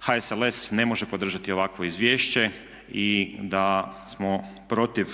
HSLS ne može podržati ovakvo izvješće i da smo protiv